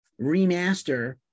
remaster